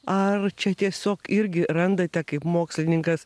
ar čia tiesiog irgi randate kaip mokslininkas